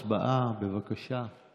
הצבעה, בבקשה.